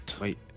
Wait